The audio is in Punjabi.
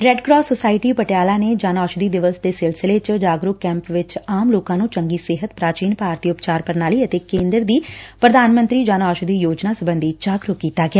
ਰੈਡ ਕਰਾਸ ਸੁਸਾਇਟੀ ਪਟਿਆਲਾ ਨੇ ਜਨ ਔਸ਼ਧੀ ਦਿਵਸ ਦੇ ਸਿਲਸਿਲੇ ਚ ਜਾਗਰੂਕ ਕੈਪ ਵਿਚ ਆਮ ਲੋਕਾ ਨੂੰ ਚੰਗੀ ਸਿਹਤ ਪੂਾਚੀਨ ਭਾਰਤੀ ਉਪਚਾਰ ਪੂਣਾਲੀ ਅਤੇ ਕੇ'ਦਰ ਦੀ ਪੂਧਾਨ ਮੰਤਰੀ ਜਨ ਔਸ਼ਧੀ ਯੋਜਨਾ ਸਬੰਧੀ ਜਾਗਰੁਕ ਕੀਤਾ ਗਿਆ